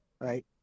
right